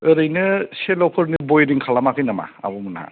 ओरैनो सेल'फोरनि बयरिं खालामाखै नामा आब'मोनहा